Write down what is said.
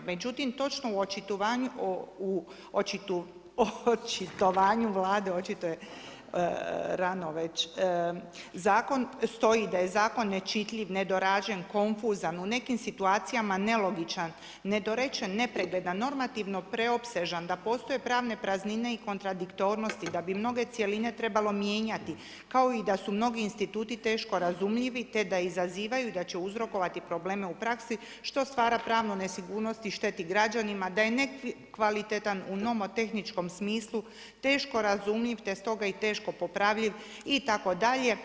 Međutim, točno u očitovanju Vlade, očito je rano već, stoji da je zakon nečitljiv, nedorađen, konfuzan, u nekim situacijama nelogičan, nedorečen, nepregledan, normativno preopsežan, da postoje pravne praznine i kontradiktornosti, da bi mnoge cjeline trebalo mijenjati kao i da su mnogi instituti teško razumljivi, te da izazivaju, da će uzrokovati probleme u praksi što stvara pravnu nesigurnost i šteti građanima, da je neki kvalitetan u nomotehničkom smislu, teško razumljiv te stoga i teško popravljiv itd.